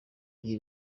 iri